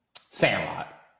Sandlot